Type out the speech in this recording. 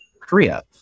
Korea